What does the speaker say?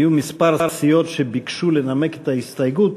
היו כמה סיעות שביקשו לנמק את ההסתייגות.